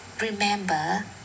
remember